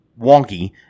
wonky